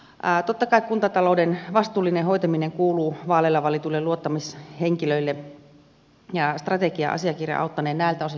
totta kai kuntatalouden vastuullinen kuuluu vaaleilla valituille luottamushenkilöille ja strategia asiakirja auttanee näiltä osin